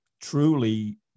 truly